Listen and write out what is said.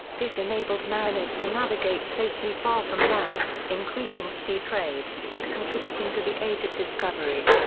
this enabled mariners to navigate safely far from land, increasing sea trade, and contributing to the age of discovery.